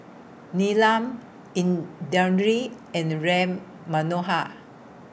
Neelam Indranee and Ram Manohar